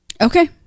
Okay